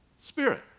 Spirit